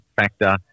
factor